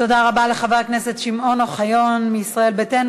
תודה רבה לחבר הכנסת שמעון אוחיון מישראל ביתנו.